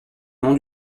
nom